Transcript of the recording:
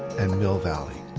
and mill valley.